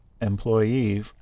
employee